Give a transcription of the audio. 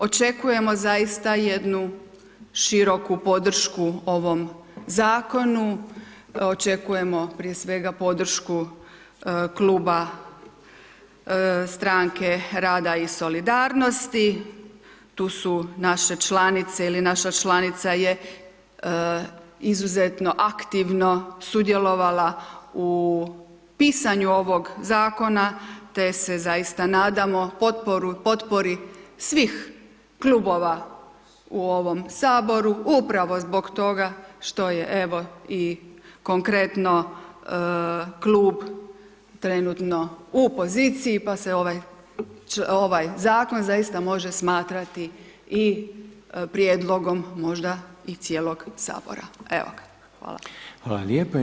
Očekujemo zaista jednu široku podršku ovom zakonu, očekujemo prije svega podršku kluba stranke Rada i solidarnosti, tu su naše članice ili naša članica je izuzetno aktivno sudjelovala u pisanju ovog zakona, te se zaista nadamo potpori svih klubova u ovom Saboru, upravo zbog toga što je evo i konkretno klub trenutno u poziciji pa se ovaj zakon zaista može smatrati i prijedlogu možda i cijelog Sabora.